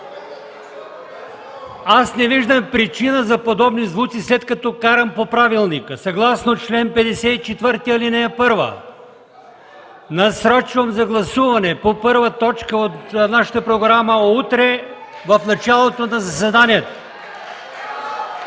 Аз не виждам причина за подобни звуци, след като карам по правилника. Съгласно чл. 54, ал. 1 насрочвам гласуване по първа точка от нашата програма за утре в началото на заседанието.